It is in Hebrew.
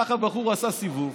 הלך הבחור, עשה סיבוב,